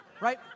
Right